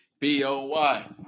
B-O-Y